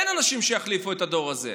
אין אנשים שיחליפו את הדור הזה,